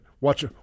watch